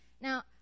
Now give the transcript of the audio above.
Now